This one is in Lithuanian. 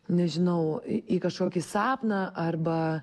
nežinau į kažkokį sapną arba